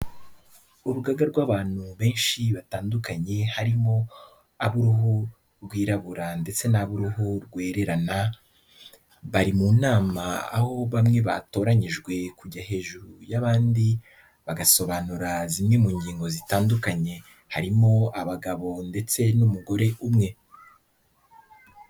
Urugaga rw'abantu benshi batandukanye harimo ab'uruhu rwirabura ndetse n'ab'uruhu rwererana, bari mu nama aho bamwe batoranyijwe kujya hejuru y'abandi, bagasobanura zimwe mu ngingo zitandukanye, harimo abagabo ndetse n'umugore umwe.